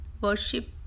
worship